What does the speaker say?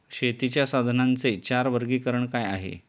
शेतीच्या साधनांचे चार वर्गीकरण काय आहे?